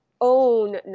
own